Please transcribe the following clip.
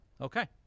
Okay